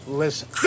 listen